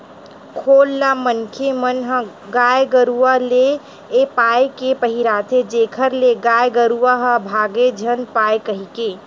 खोल ल मनखे मन ह गाय गरुवा ले ए पाय के पहिराथे जेखर ले गाय गरुवा ह भांगे झन पाय कहिके